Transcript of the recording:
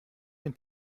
den